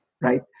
right